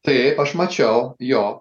taip aš mačiau jo